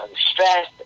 stress